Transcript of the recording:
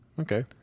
Okay